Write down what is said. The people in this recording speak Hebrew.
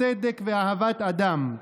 צדק ואהבת אדם".